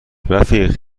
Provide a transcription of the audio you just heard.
رفیق